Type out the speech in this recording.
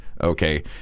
Okay